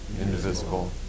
indivisible